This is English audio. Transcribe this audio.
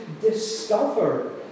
discover